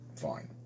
Fine